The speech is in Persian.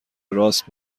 راست